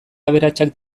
aberatsak